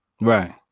Right